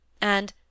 And—